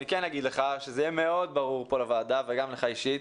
אני כן אגיד לך שזה יהיה מאוד ברור פה לוועדה וגם לך אישית,